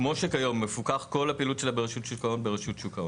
כמו שכיום, מפוקחת כל הפעילות שלה ברשות שוק ההון.